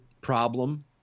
problem